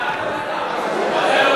ועדת המדע.